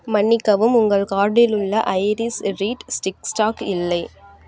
மன்னிக்கவும் உங்கள் கார்டில் உள்ள ஐரிஸ் ரீட் ஸ்டிக் ஸ்டாக் இல்லை